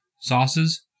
sauces